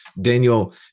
daniel